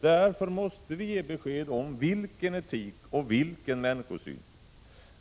Därför måste vi ge besked om vilken etik och vilken människosyn som bör råda.